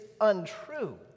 untrue